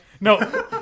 No